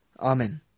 Amen